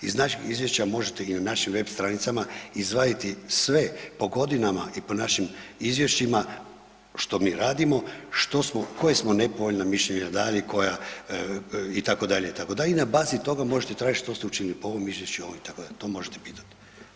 Iz našeg izvješća možete i na našim web stranicama izvaditi sve po godinama i po našim izvješćima što mi radimo, što smo, koja smo nepovoljna mišljenja dali, koja, itd., itd. i na bazi toga možete tražiti što ste učinili po ovom izvješću, ovom, itd., to možete pitat.